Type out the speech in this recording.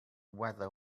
whether